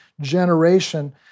generation